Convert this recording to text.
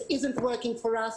זה לא עובד לנו.